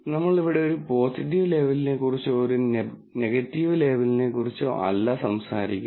നമ്മൾ ഇവിടെ ഒരു പോസിറ്റീവ് ലേബലിനെക്കുച്ചോ ഒരു നെഗറ്റീവ് ലേബലിനെക്കുറിച്ചോ അല്ല സംസാരിക്കുന്നത്